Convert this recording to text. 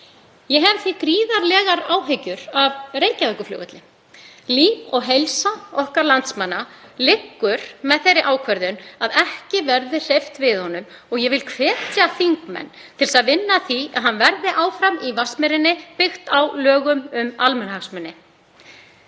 Ég hef því gríðarlegar áhyggjur af Reykjavíkurflugvelli. Líf og heilsa okkar landsmanna liggur með þeirri ákvörðun að ekki verði hreyft við honum og ég vil hvetja þingmenn til að vinna að því að hann verði áfram í Vatnsmýrinni, byggt á lögum um almannahagsmuni.